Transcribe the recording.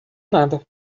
nada